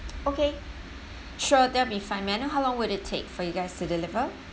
okay sure that'll be fine may I know how long would it take for you guys to deliver